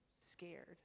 scared